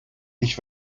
ich